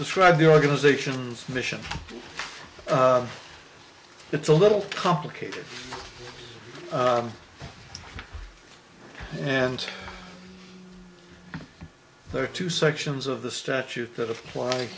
tribe the organization's mission it's a little complicated and there are two sections of the statute that apply